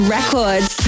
Records